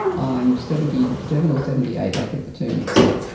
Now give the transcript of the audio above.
i am seventy seven or seventy eight, i get the two mixed up,